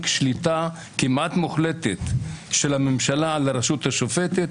שליטה כמעט מוחלטת של הממשלה לרשות השופטת,